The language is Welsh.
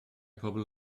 pobol